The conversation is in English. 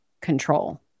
control